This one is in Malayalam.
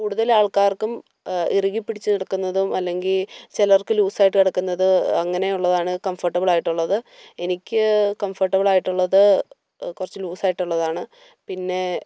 കൂടുതൽ ആൾക്കാർക്കും ഇറുകിപ്പിടിച്ച് കിടക്കുന്നതും അല്ലെങ്കിൽ ചിലർക്ക് ലൂസ് ആയിട്ട് കിടക്കുന്നത് അങ്ങനെ ഉള്ളതാണ് കംഫോട്ടബിൾ ആയിട്ടുള്ളത് എനിക്ക് കംഫോട്ടബിൾ ആയിട്ടുള്ളത് കുറച്ച് ലൂസ് ആയിട്ടുള്ളതാണ് പിന്നെ